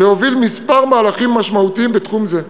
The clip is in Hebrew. להוביל מספר מהלכים משמעותיים בתחום זה,